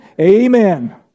Amen